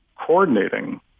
coordinating